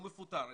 הוא מפוטר,